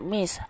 Miss